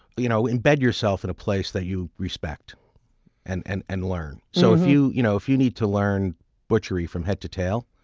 you know embed yourself in a place that you respect and and and learn. so if you you know if you need to learn butchery from head to tail,